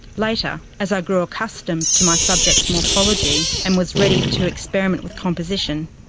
later, as i grew accustomed to my subject's morphology and was ready to experiment with composition,